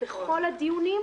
בכל הדיונים